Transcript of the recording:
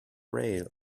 rail